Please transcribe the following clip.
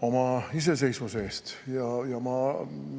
oma iseseisvuse eest. Ma